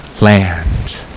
land